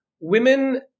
women